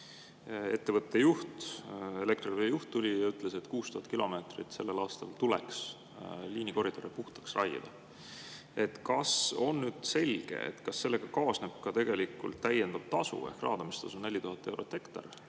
ettevõtte juht, Elektrilevi juht tuli ja ütles, et 6000 kilomeetrit sellel aastal tuleks liinikoridore puhtaks raiuda. Kas on nüüd selge, kas sellega kaasneb ka täiendav tasu ehk raadamistasu 4000 eurot hektari